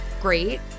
great